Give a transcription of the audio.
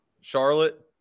Charlotte